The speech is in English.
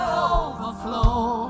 overflow